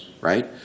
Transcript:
right